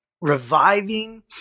reviving